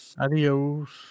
adios